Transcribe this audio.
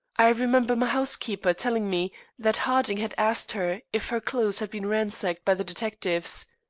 i remember my housekeeper telling me that harding had asked her if her clothes had been ransacked by the detectives.